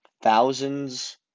thousands